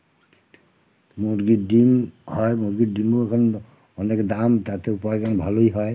মুরগির ডিম হয় মুরগির ডিম এখন অনেক দাম তাতে উপার্জন ভালোই হয়